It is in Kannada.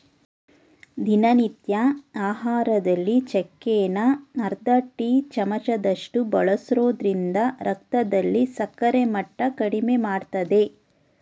ದಿನನಿತ್ಯ ಆಹಾರದಲ್ಲಿ ಚಕ್ಕೆನ ಅರ್ಧ ಟೀ ಚಮಚದಷ್ಟು ಬಳಸೋದ್ರಿಂದ ರಕ್ತದಲ್ಲಿ ಸಕ್ಕರೆ ಮಟ್ಟ ಕಡಿಮೆಮಾಡ್ತದೆ